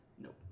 nope